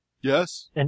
Yes